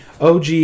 OG